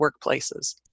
workplaces